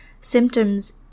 symptoms